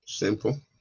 simple